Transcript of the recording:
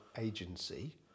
agency